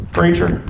Preacher